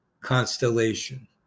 constellation